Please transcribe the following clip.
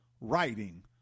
writing